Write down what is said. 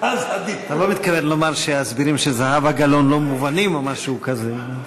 אתה לא מתכוון לומר שההסברים של זהבה גלאון לא מובנים או משהו כזה.